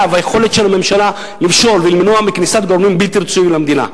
והיכולת של הממשלה למשול ולמנוע כניסת גורמים בלתי רצויים למדינה.